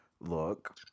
look